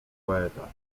poeta